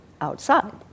outside